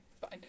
fine